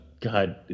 God